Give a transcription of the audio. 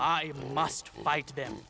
i must fight them